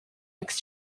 makes